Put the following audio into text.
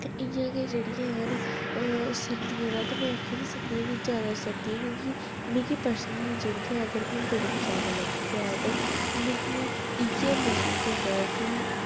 ते इं'या गै में आक्खी निं सकदी क जादै सर्दी ऐ ते मिगी पर्सनली ऐ जेह्ड़ी गर्मी ओह् जादा लगदी ऐ गरमी मिगी इ'यै महसूस होंदा कि